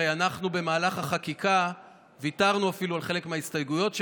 הרי אנחנו במהלך החקיקה ויתרנו אפילו על חלק מההסתייגויות שלנו,